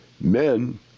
men